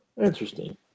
interesting